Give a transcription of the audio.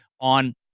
on